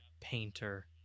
painter